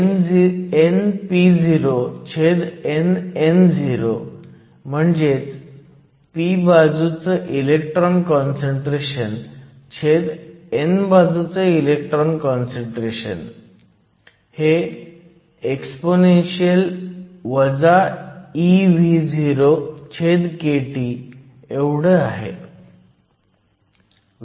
npo छेद nno म्हणजेच p बाजूचं इलेक्ट्रॉन काँसंट्रेशन छेद n बाजूचं इलेक्ट्रॉन काँसंट्रेशन हे exp eVokT एवढं आहे